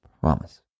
promise